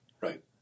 Right